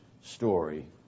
story